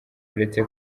uretse